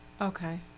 Okay